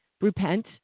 repent